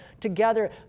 together